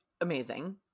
Amazing